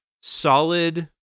solid